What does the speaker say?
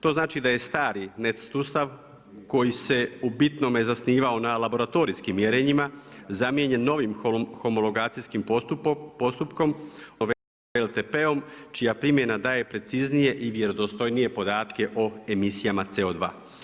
To znači da je stari … sustav koji se u bitnome zasnivao na laboratorijskim mjerenjima zamijenjen novim homologacijskim postupkom odnosno WLTP-om čija primjena daje preciznije i vjerodostojnije podatke o emisijama CO2.